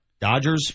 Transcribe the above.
Dodgers